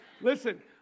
Listen